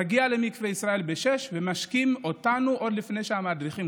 מגיע למקווה ישראל ב-06:00 ומשכים אותנו עוד לפני שהמדריכים